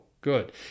good